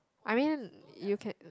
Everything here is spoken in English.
I mean you can